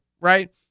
right